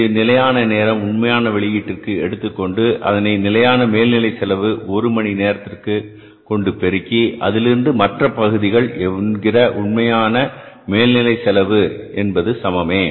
இது நிலையான நேரம் உண்மையான வெளியீட்டுக்கு எடுத்துக்கொண்டு அதனை நிலையான மேல்நிலை செலவு ஒரு மணி நேரத்திற்கு கொண்டு பெருக்கி அதிலிருந்து மற்ற பகுதிகள் என்கிற உண்மையான மேல் நிலை செலவு என்பது சமமே